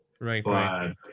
Right